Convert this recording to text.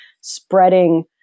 spreading